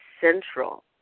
central